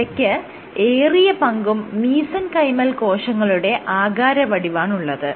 ഇവയ്ക്ക് ഏറിയ പങ്കും മീസെൻകൈമൽ കോശങ്ങളുടെ ആകാരവടിവാണുള്ളത്